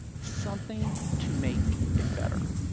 something to make it better.